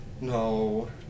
No